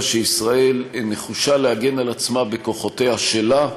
שישראל נחושה להגן על עצמה בכוחותיה שלה.